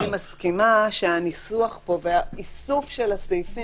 אני מסכימה שהניסוח פה והאיסוף של הסעיפים